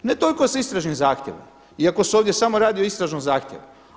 Ne toliko sa istražnim zahtjevom, iako se ovdje samo radi o istražnom zahtjevu.